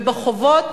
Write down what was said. ובחובות